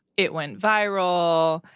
it went viral.